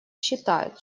считают